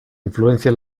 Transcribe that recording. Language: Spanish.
influencia